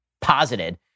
posited